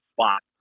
spot